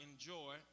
enjoy